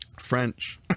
French